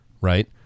right